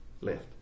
Left